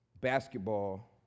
basketball